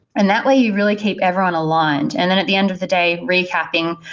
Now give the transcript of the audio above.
and that way you really keep everyone aligned and then at the end of the day, recapping,